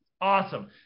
Awesome